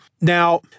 Now